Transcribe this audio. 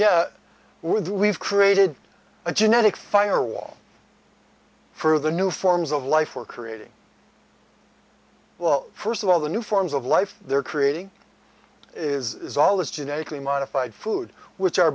yes we've created a genetic firewall for the new forms of life for creating well first of all the new forms of life they're creating is all this genetically modified food which